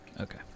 Okay